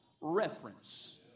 reference